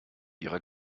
ihrer